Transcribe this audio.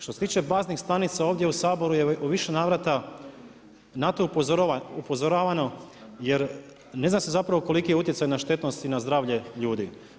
Što se tiče baznih stanica ovdje u Saboru je u više navrata na to upozoravano, jer ne zna se zapravo koliki je utjecaj na štetnosti, na zdravlje ljudi.